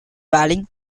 rallying